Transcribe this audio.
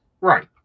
Right